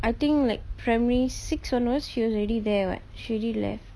I think like primary six onwards she was already there what she already left